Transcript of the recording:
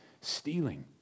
stealing